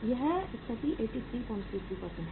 यह स्थिति 8333 है